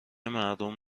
مردم